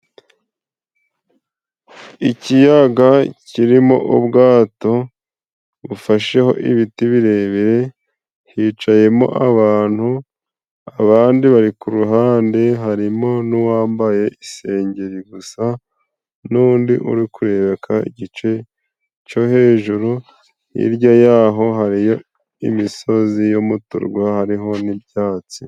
Ikiyaga kirimo ubwato bufasheho ibiti birebire, hicayemo abantu. Abandi bari ku ruhande, harimo n'uwambaye isengeri gusa n'undi uri kurebeka igice cyo hejuru. Hirya y'aho hariyo imisozi yo mu turwa hariho n'ibyatsi.